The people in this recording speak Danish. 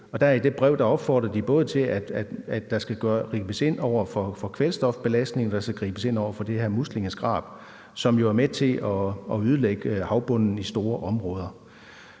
tilbage. I det brev opfordrer man både til, at der skal gribes ind over for kvælstofbelastningen, og til, at der skal gribes ind over for det her muslingeskrab, som jo er med til at ødelægge havbunden i store områder.